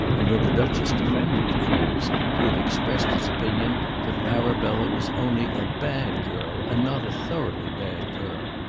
and when the duchess defended the phrase he had expressed his opinion that arabella was only a bad girl and not a thoroughly bad girl.